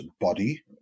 body